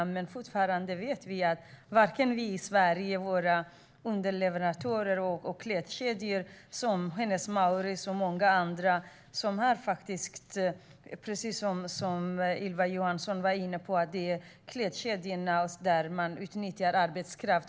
Men det ser dessvärre fortfarande ut så här när det gäller Sverige, våra underleverantörer och klädkedjor som Hennes & Mauritz och många andra. Precis som Ylva Johansson var inne på är det i klädkedjorna man utnyttjar arbetskraft.